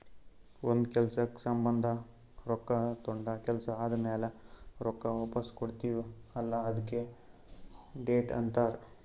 ಒಂದ್ ಕೆಲ್ಸಕ್ ಸಂಭಂದ ರೊಕ್ಕಾ ತೊಂಡ ಕೆಲ್ಸಾ ಆದಮ್ಯಾಲ ರೊಕ್ಕಾ ವಾಪಸ್ ಕೊಡ್ತೀವ್ ಅಲ್ಲಾ ಅದ್ಕೆ ಡೆಟ್ ಅಂತಾರ್